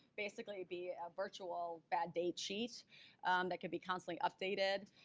basically be a virtual bad date sheet that could be constantly updated.